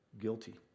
guilty